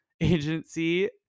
Agency